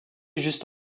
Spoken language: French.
juste